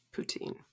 Poutine